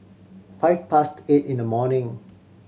five past eight in the morning